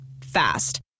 Fast